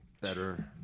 better